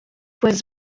was